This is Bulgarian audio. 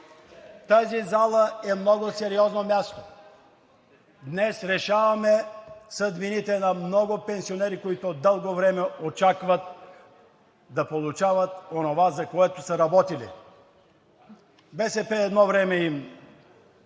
тази зала е много сериозно място. Днес решаваме съдбините на много пенсионери, които от дълго време очакват да получават онова, за което са работили. БСП едно време им